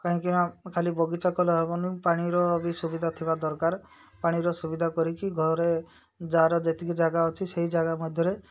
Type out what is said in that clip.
କାହିଁକି ନା ଖାଲି ବଗିଚା କଲେ ହବନି ପାଣିର ବି ସୁବିଧା ଥିବା ଦରକାର ପାଣିର ସୁବିଧା କରିକି ଘରେ ଯାହାର ଯେତିକି ଜାଗା ଅଛି ସେଇ ଜାଗା ମଧ୍ୟରେ